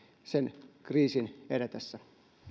kriisin edetessä